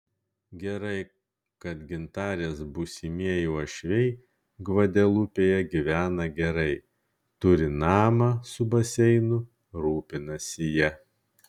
gerai kad gintarės būsimieji uošviai gvadelupėje gyvena gerai turi namą su baseinu rūpinasi ja